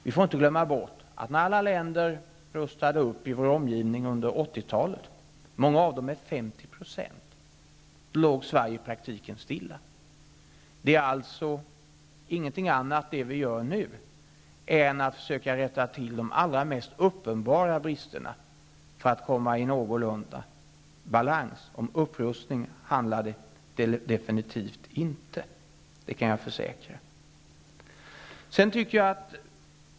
Vi får inte glömma bort att när alla länder i vår omgivning rustade upp under 1980 talet, många av dem med 50 %, låg Sverige i praktiken stilla. Det som sker nu är ingenting annat än ett försök att rätta till de allra mest uppenbara bristerna för att komma någorlunda i balans. Jag kan försäkra att det handlar absolut inte om upprustning.